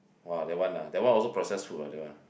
!wah! that one ah that one also processed food ah that one